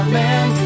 man